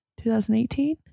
2018